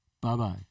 bye-bye